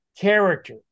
character